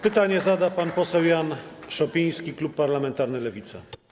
Pytanie zada pan poseł Jan Szopiński, klub parlamentarny Lewica.